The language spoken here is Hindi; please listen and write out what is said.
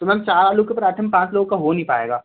तो मैम चार लोग के पराँठे में पाँच लोग का हो नहीं पाएगा